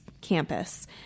campus